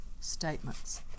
statements